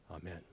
Amen